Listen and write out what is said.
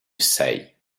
say